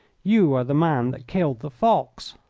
you are the man that killed the fox.